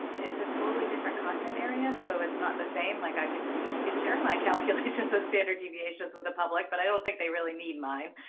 it's a totally different content area. so it's not the same. like, i could i could share my calculations of standard deviations with the public, but i don't think they really need mine.